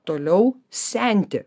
toliau senti